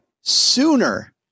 sooner